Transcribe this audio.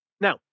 Now